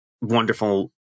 wonderful